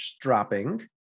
dropping